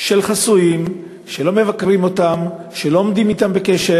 של חסויים שלא מבקרים אותם, שלא עומדים אתם בקשר,